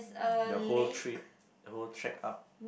the whole tre~ the whole trek up